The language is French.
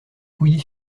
pouilly